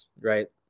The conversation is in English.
right